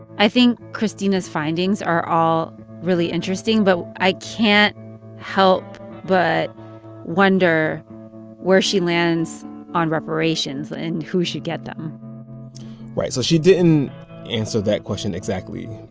i think christina's findings are all really interesting. but i can't help but wonder where she lands on reparations and who should get them right. so she didn't answer that question exactly.